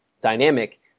dynamic